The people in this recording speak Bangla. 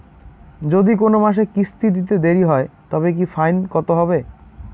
যদি কোন মাসে কিস্তি দিতে দেরি হয় তবে কি ফাইন কতহবে?